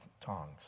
tongs